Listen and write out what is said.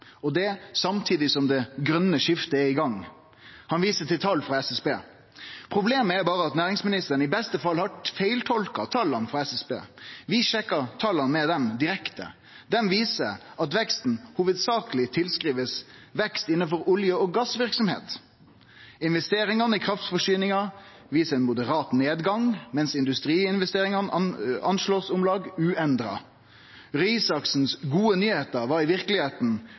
Og det samtidig som det grønne skiftet er i gang.» Han viser til tal frå SSB. Problemet er berre at næringsministeren i beste fall har feiltolka tala frå SSB. Vi sjekka tala med dei direkte. Dei viser at veksten hovudsakleg skriv seg frå vekst innanfor olje- og gassverksemd. Investeringane i kraftforsyninga viser ein moderat nedgang, medan industriinvesteringane blir anslått til om lag uendra. Dei gode nyheitene til Røe Isaksen var i